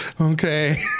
Okay